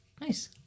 Nice